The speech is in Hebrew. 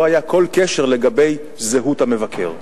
לא היה כל קשר לזהות המבקר.